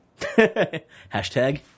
Hashtag